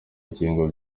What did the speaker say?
ngingo